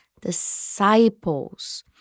disciples